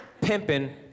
Pimping